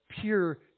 pure